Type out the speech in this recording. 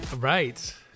Right